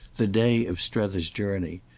the day of strether's journey,